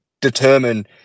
determine